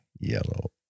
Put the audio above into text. Yellow